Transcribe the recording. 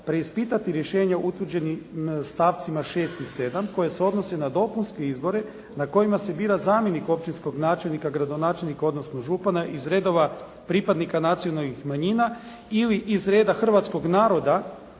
preispitati rješenje utvrđenim stavcima 6. i 7. koje se odnose na dopunske izbore na kojima se bira zamjenik općinskog načelnika, gradonačelnika, odnosno župana iz redova pripadnika nacionalnih manjina ili iz reda hrvatskog naroda